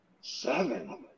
Seven